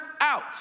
out